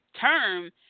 term